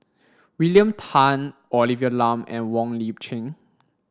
William Tan Olivia Lum and Wong Lip Chin